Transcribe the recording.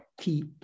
key